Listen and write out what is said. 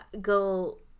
go